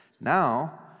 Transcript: Now